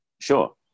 Sure